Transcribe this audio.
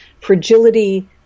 fragility